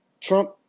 Trump